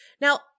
Now